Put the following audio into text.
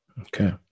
Okay